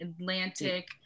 atlantic